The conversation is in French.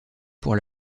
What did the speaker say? pour